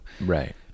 right